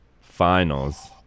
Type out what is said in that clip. finals